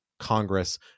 Congress